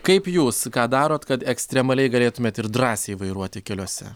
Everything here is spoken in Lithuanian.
kaip jūs ką darot kad ekstremaliai galėtumėt ir drąsiai vairuoti keliuose